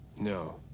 No